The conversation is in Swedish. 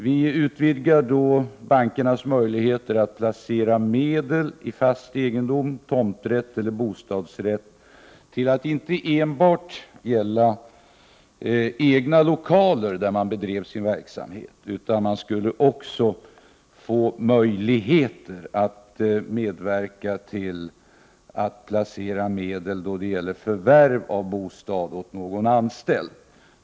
Vi utvidgade då bankernas möjligheter att placera medel i fast egendom, tomträtt eller bostadsrätt, till att inte enbart gälla egna lokaler där bankerna bedrev verksamhet. De skulle också få möjligheter att medverka till att placera medel då det gäller förvärv av bostäder åt någon anställd.